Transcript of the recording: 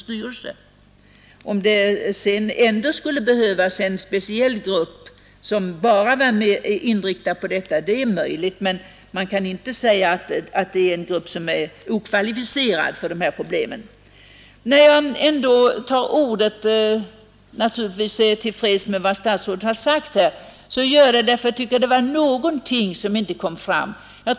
Det är möjligt att det ändå skulle behövas en speciell grupp som bara var inriktad på prioriteringen. När jag tar till orda är jag naturligtvis till freds med vad statsrådet har sagt men jag vill trycka på någonting som inte kom fram i hans svar.